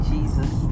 Jesus